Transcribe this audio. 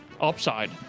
upside